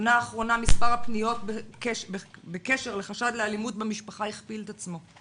בשנה האחרונה מספר הפניות בקשר לחשד לאלימות במשפחה הכפיל את עצמו.